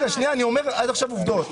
אני אומר עד עכשיו עובדות.